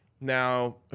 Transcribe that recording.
Now